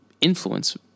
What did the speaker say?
influence